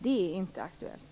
Det är inte aktuellt.